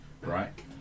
right